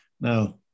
Now